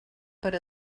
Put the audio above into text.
per